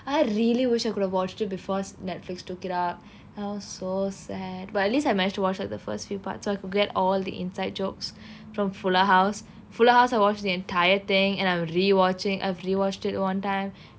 I really wish I could have watched it before netflix took it out that was so sad but at least I managed to watch the first few parts so I forget all the inside jokes from fuller house fuller house I watched the entire thing and I'm rewatching I've rewatched at one time